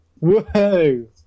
Whoa